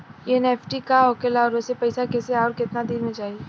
NEFT का होखेला और ओसे पैसा कैसे आउर केतना दिन मे जायी?